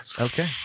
Okay